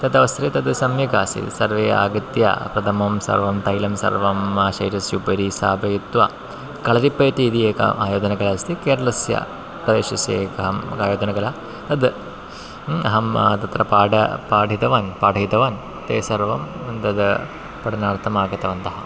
तदवसरे तद् सम्यक् आसीत् सर्वे आगत्य प्रथमं सर्वं तैलं सर्वं शरीरस्य उपरि स्थापयित्वा कलरिपयट् इति एका आयोधनकला अस्ति केरलस्य प्रदेशस्य एकम् आयोधनकला तद् अहं तत्र पाठः पाठितवान् पाठयितवान् ते सर्वं तद् पठनार्थम् आगतवन्तः